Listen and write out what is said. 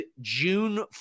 June